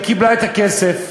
היא קיבלה את הכסף,